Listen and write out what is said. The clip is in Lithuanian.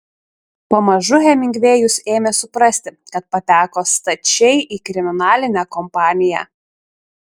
pamažu hemingvėjus ėmė suprasti kad pateko stačiai į kriminalinę kompaniją